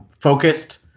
focused